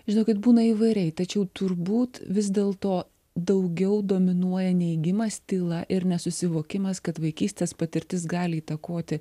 žinokit būna įvairiai tačiau turbūt vis dėl to daugiau dominuoja neigimas tyla ir nesusivokimas kad vaikystės patirtis gali įtakoti